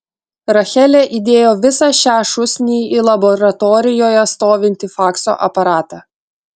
rachelė įdėjo visą šią šūsnį į laboratorijoje stovintį fakso aparatą